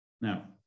Now